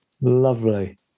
lovely